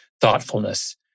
thoughtfulness